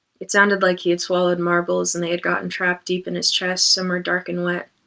it sounded like he had swallowed marbles and they had gotten trapped deep in his chest, somewhere dark and wet.